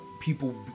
people